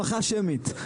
הסמכה שמית.